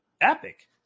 epic